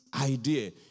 idea